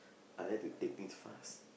I like to take things fast